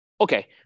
Okay